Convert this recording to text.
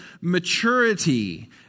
maturity